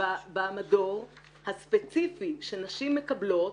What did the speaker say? במדור הספציפי שנשים מקבלות